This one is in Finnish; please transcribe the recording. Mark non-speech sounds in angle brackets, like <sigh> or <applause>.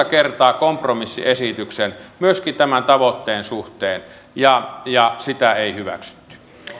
<unintelligible> kertaa kompromissiesityksen myöskin tämän tavoitteen suhteen ja ja sitä ei hyväksytty